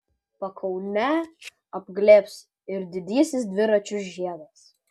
pakaunę apglėbs ir didysis dviračių žiedas